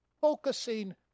focusing